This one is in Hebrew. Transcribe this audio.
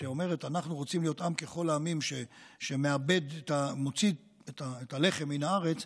שאומרת שאנחנו רוצים להיות עם ככל העמים שמוציא את הלחם מן הארץ,